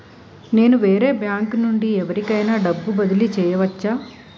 నేను వేరే బ్యాంకు నుండి ఎవరికైనా డబ్బు బదిలీ చేయవచ్చా?